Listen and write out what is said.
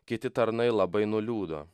kiti tarnai labai nuliūdo